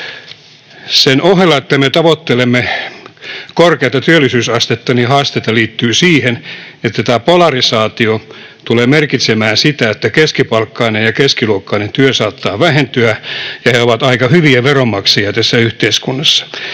Sen ohella, että me tavoittelemme korkeata työllisyysastetta, haasteita liittyy siihen, että tämä polarisaatio tulee merkitsemään sitä, että keskipalkkainen ja keskiluokkainen työ saattaa vähentyä, ja he ovat aika hyviä veronmaksajia tässä yhteiskunnassa.